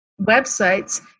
websites